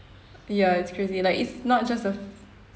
ya it's crazy like it's not just the